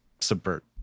subvert